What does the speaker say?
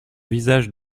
visage